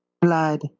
blood